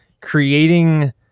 creating